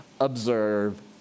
observe